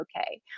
okay